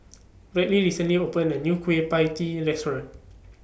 Bradley recently opened A New Kueh PIE Tee Restaurant